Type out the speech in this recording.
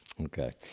Okay